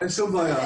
אין שום בעיה.